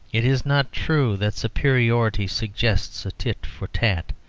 it is not true that superiority suggests a tit for tat.